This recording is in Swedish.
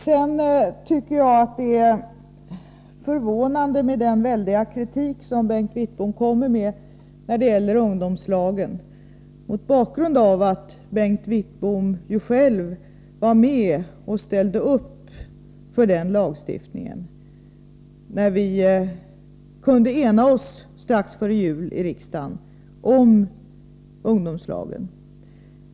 Sedan tycker jag att det är förvånande med den väldiga kritik som Bengt Wittbom kommer med beträffande ungdomslagen — mot bakgrund av att Bengt Wittbom själv var med och ställde upp för den lagstiftningen, när vi i riksdagen kunde ena oss strax före jul om ungdomslagen.